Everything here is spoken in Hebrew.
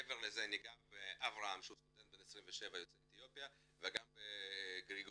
מעבר לזה נגע באברהם שהוא סטודנט בן 27 יוצא אתיופיה וגם בגרגורי